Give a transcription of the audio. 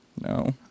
No